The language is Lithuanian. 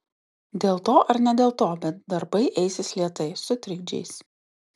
dėl to ar ne dėl to bet darbai eisis lėtai su trikdžiais